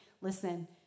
listen